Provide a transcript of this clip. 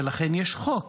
ולכן יש חוק